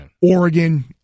Oregon